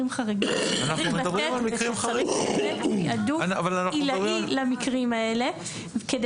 חריגים וצריך לתת תיעדוף עילאי למקרים האלה כדי